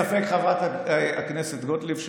חברת הכנסת גוטליב,